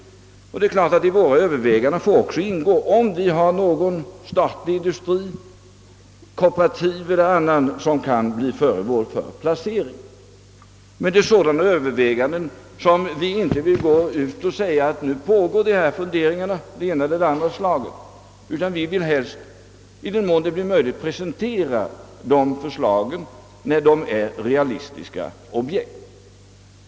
I våra överväganden får naturligtvis också ingå om vi har någon statlig industri — kooperativ eller annan — som kan bli föremål för placering. Vi kan inte offentliggöra att fördelningar av ena eller andra slaget övervägs, utan vi vill helst presentera förslagen när det gäller realistiska objekt.